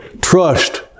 trust